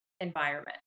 environment